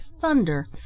thunder